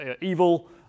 evil